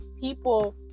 people